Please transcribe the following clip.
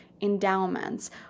Endowments